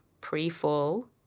pre-fall